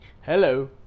hello